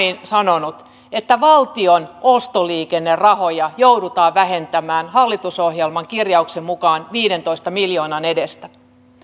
sanonut että valtion ostoliikennerahoja joudutaan vähentämään hallitusohjelman kirjauksen mukaan viidentoista miljoonan edestä